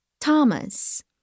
Thomas